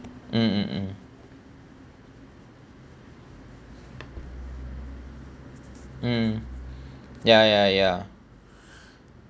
mm mm mm mm ya ya ya